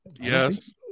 Yes